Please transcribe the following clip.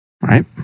right